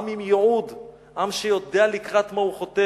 עם עם ייעוד, עם שיודע לקראת מה הוא חותר,